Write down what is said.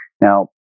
Now